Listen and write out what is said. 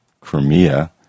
Crimea